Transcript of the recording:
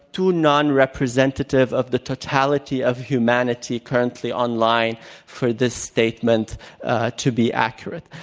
too non-representative of the totality of humanity currently online for this statement to be accurate.